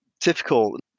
difficult